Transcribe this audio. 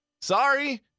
Sorry